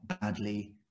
badly